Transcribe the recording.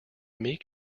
meek